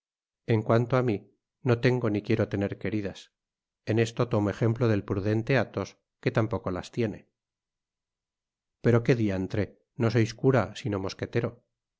en cuanto á mi no tengo ni quiero tener queridas en esto tomo ejemplo del prudente athos que tampoco las tiene pero que diantre nó sois cura sino mosquetero